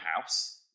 house